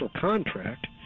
contract